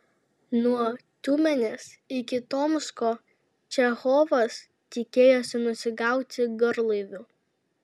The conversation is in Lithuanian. nuo tiumenės iki tomsko čechovas tikėjosi nusigauti garlaiviu